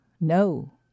No